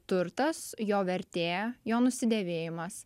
turtas jo vertė jo nusidėvėjimas